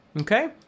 Okay